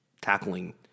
tackling